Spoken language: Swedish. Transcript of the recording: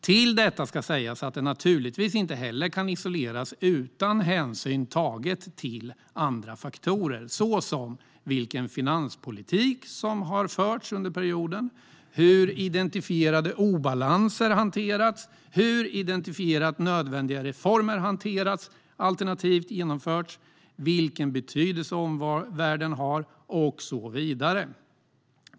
Till detta ska läggas att det naturligtvis inte heller kan isoleras utan hänsyn tagen till andra faktorer, såsom vilken finanspolitik som har förts under perioden, hur identifierade obalanser hanterats, hur identifierade nödvändiga reformer hanterats alternativt genomförts, vilken betydelse omvärlden har och så vidare.